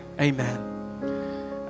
Amen